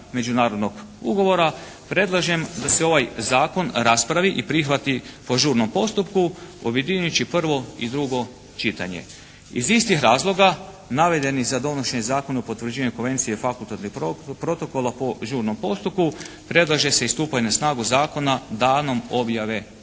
međunarodnog ugovora predlažem da se ovaj zakon raspravi i prihvati po žurnom postupku objedinjujući prvo i drugo čitanje. Iz istih razloga navedeni za donošenje Zakona o potvrđivanju Konvencije fakultativnog protokola po žurnom postupku predlaže se i stupanje na snagu zakona danom objave u